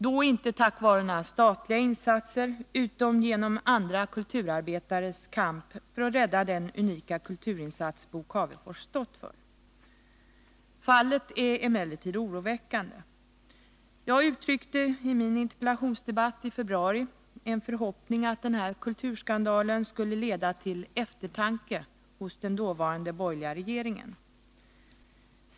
Då inte tack vare några statliga insatser utan genom andra kulturarbetares kamp för att rädda den unika kulturinsats Bo Cavefors stått för. Fallet är emellertid oroväckande. Jag uttryckte i min interpellationsdebatt i februari en förhoppning om att denna kulturskandal skulle leda till eftertanke hos den dåvarande borgerliga regeringen.